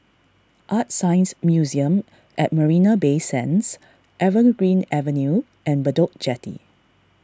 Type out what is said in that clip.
ArtScience Museum at Marina Bay Sands Evergreen Avenue and Bedok Jetty